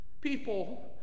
people